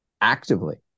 actively